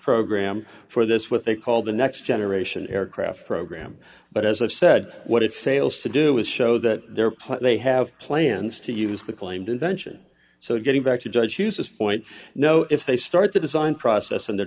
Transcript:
program for this what they call the next generation aircraft program but as i've said what it fails to do is show that their plate they have plans to use the claimed invention so getting back to judge uses point no if they start the design process and the